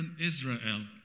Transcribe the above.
Israel